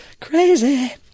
Crazy